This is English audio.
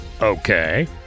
Okay